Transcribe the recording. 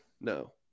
No